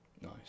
Nice